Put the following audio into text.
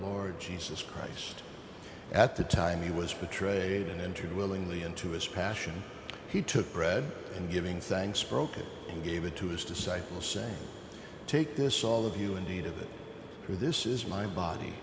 lord jesus christ at the time he was betrayed and entered willingly into his passion he took bread and giving thanks spoken and gave it to his disciples saying take this all of you indeed of it for this is my body